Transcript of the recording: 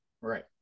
Right